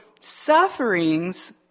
sufferings